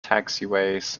taxiways